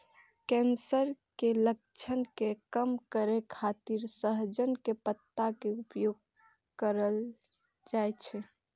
cancer के लक्षण के कम करै खातिर सहजन के पत्ता के उपयोग कैल जाइ छै